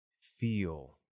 feel